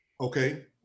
Okay